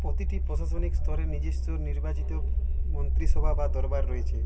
প্রতিটি প্রশাসনিক স্তরের নিজস্ব নির্বাচিত মন্ত্রিসভা বা দরবার রয়েছে